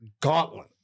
gauntlet